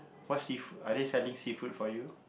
what seafood are they selling seafood for you